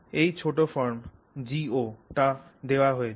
এই ছোট form GO টা দেওয়া আছে